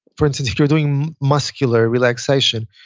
for instance, you're doing muscular relaxation.